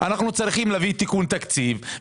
ואנחנו צריכים להביא תיקון תקציב,